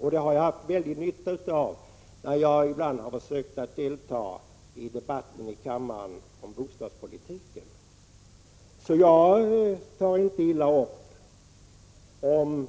Dessa saker har jag haft mycket nytta av när jag ibland har försökt delta i debatten om bostadspolitiken i kammaren. Jag tar inte illa upp när